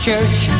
church